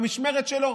במשמרת שלו.